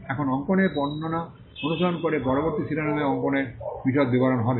এখন অঙ্কনের বর্ণনা অনুসরণ করে পরবর্তী শিরোনামে অঙ্কনের বিশদ বিবরণ হবে